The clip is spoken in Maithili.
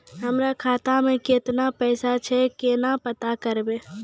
हमरा खाता मे केतना पैसा छै, केना पता करबै?